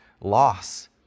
loss